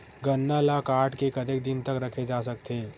गन्ना ल काट के कतेक दिन तक रखे जा सकथे?